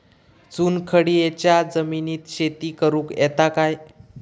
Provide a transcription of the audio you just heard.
चुनखडीयेच्या जमिनीत शेती करुक येता काय?